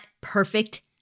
perfect